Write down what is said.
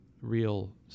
real